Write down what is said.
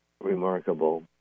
remarkable